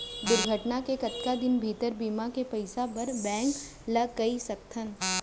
दुर्घटना के कतका दिन भीतर बीमा के पइसा बर बैंक ल कई सकथन?